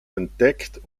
entdeckt